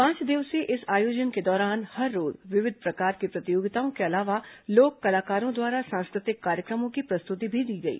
पांच दिवसीय इस आयोजन के दौरान हर रोज विविध प्रकार की प्रतियोगिताओं के अलावा लोक कलाकारों द्वारा सांस्कृतिक कार्यक्रमों की प्रस्तुति भी दी गई